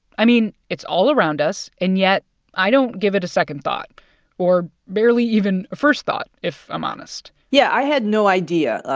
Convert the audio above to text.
i mean, it's all around us, and yet i don't give it a second thought or barely even a first thought, if i'm honest yeah, i had no idea.